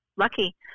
Lucky